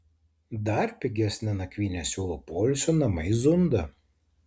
dar pigesnę nakvynę siūlo poilsio namai zunda